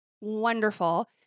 wonderful